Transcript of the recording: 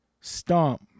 Stomp